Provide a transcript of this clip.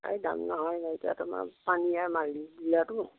এই দাম নহয় ন এতিয়া তোমাৰ পানীয়ে মাৰি নিলেতো